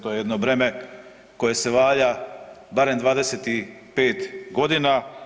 To je jedno breme koje se valja barem 25 godina.